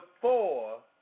four